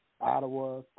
Ottawa